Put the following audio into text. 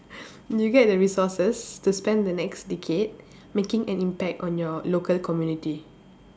you get the resources to spend the next decade making an impact on your local community